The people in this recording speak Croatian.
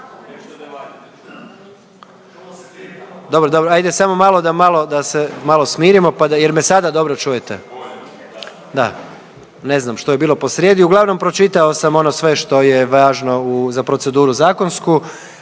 dobro, dobro, ajde samo malo da malo da se malo smirimo pa da, jel me sada dobro čujete? Da, ne znam što je bilo posrijedi, uglavnom pročitao sam ono sve što je važno u za proceduru zakonsku,